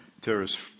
Terrorists